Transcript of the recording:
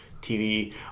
TV